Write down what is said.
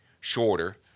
shorter